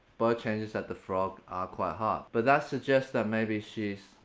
bow changes at the frog are quite hard. but that suggests that maybe she's.